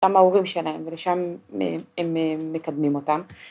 ‫גם ההורים שלהם, ‫ולשם הם מקדמים אותם.